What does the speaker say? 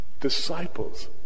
disciples